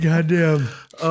Goddamn